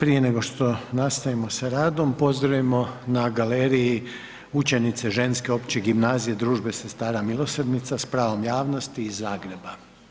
Prije nego što nastavimo sa radom pozdravimo na galeriji učenice Ženske opće gimnazije Družbe sestara milosrdnica s pravom javnosti iz Zagreba.